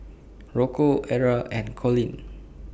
Rocco Arra and Collin